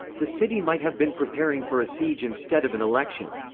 the city might have been preparing for a siege instead of an election.